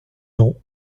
nom